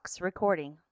recording